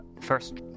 first